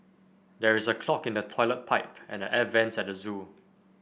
there is a clog in the toilet pipe and the air vents at the zoo